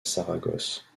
saragosse